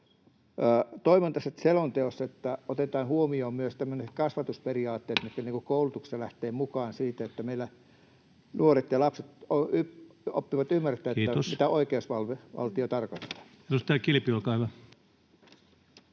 Toivon, että tässä selonteossa otetaan huomioon myös kasvatusperiaatteet, jotka koulutuksessa lähtevät siitä, että meillä nuoret ja lapset oppivat ymmärtämään, [Puhemies: Kiitos!] mitä oikeusvaltio tarkoittaa. Edustaja Kilpi, olkaa hyvä.